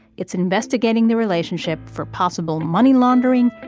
it's investigating the relationship for possible money laundering,